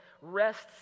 rests